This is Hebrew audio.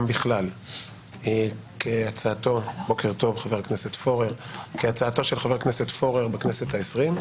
בכלל כהצעתו של חבר הכנסת פורר בכנסת ה-20.